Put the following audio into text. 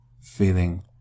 feeling